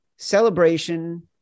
celebration